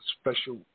special